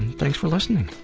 and thanks for listening.